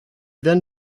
then